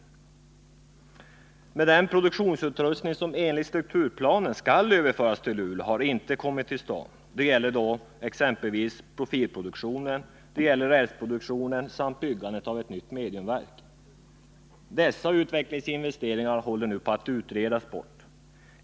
Men det överförande till Luleå av produktionsutrustning som enligt strukturplanen skall ske har inte kommit till stånd. Det gäller t.ex. profilproduktionen, rälsproduktionen samt byggandet av ett nytt mediumverk. Dessa utvecklingsinvesteringar håller nu på att utredas bort.